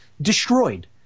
destroyed